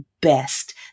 best